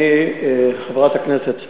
חברת הכנסת סתיו,